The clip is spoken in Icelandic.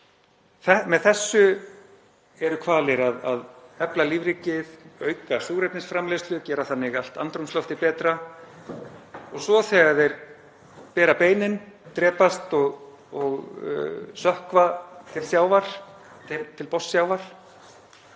Með þessu eru hvalir að efla lífríkið, auka súrefnisframleiðslu, gera þannig allt andrúmsloftið betra og svo þegar þeir bera beinin, drepast og sökkva til botns sjávar